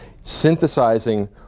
synthesizing